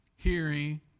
hearing